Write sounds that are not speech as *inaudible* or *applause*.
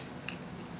*noise*